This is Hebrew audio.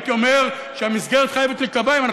הייתי אומר שהמסגרת חייבת להיקבע,